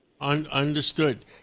Understood